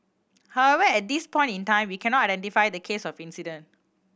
however at this point in time we cannot identify the case of incident